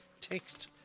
text